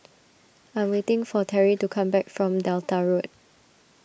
I am waiting for Teri to come back from Delta Road